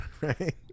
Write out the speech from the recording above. Right